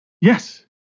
yes